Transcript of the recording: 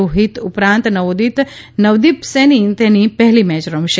રોહિત ઉપરાંત નવોદિત નવદીપ સૈની તેની પહેલી મેચ રમશે